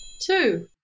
Two